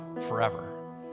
forever